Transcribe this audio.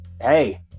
Hey